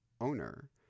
owner